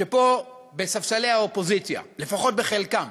שפה, בספסלי האופוזיציה, לפחות בחלקם,